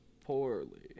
poorly